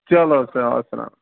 چلو اَدٕ کیٛاہ اسلام